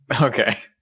Okay